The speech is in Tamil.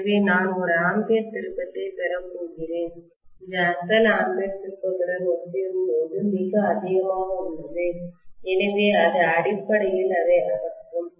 எனவே நான் ஒரு ஆம்பியர் திருப்பத்தை பெறப்போகிறேன் இது அசல் ஆம்பியர் திருப்பத்துடன் ஒப்பிடும்போது மிக அதிகமாக உள்ளது எனவே அது அடிப்படையில் அதை அகற்றும்